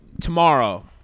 tomorrow